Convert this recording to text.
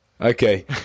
okay